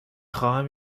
خواهم